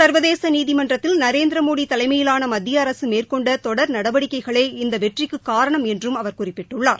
சா்வதேச நீதிமன்றத்தில் நரேந்திரமோடி தலைமையிலான மத்திய அரசு மேற்கொண்ட தொடர் நடவடிக்கைகளே இந்த வெற்றிக்கு காரணம் என்று அவர் குறிப்பிட்டுள்ளார்